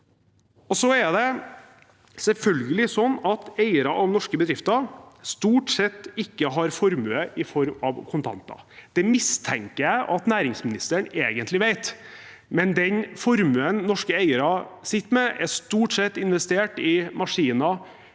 Så er det selvfølgelig slik at eiere av norske bedrifter stort sett ikke har formue i form av kontanter. Det mistenker jeg at næringsministeren egentlig vet. Den formuen norske eiere sitter med, er stort sett investert i maskiner,